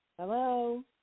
Hello